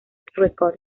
records